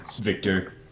Victor